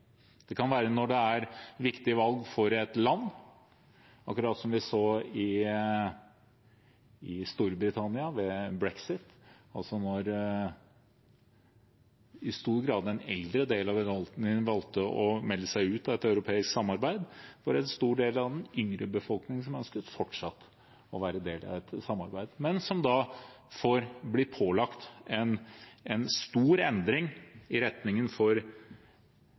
Det kan være når det er viktige valg for et land, som i Storbritannia ved brexit, da det i stor grad var den eldre del av befolkningen som valgte å melde seg ut av et europeisk samarbeid, mens en stor del av den yngre befolkningen ønsker fortsatt å være en del av EU, men blir pålagt en stor endring i retningen for